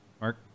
Mark